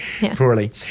poorly